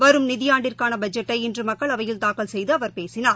வரும் நிதியாண்டிற்கான பட்ஜெட்டை இன்று மக்களவையில் தாக்கல் செய்து அவர் பேசினார்